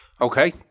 Okay